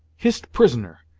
hist prisoner,